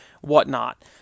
whatnot